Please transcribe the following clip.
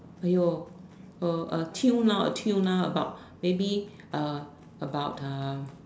!aiyo! a tune lah a tune lah like about maybe uh about uh